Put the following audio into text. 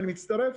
אני מצטרף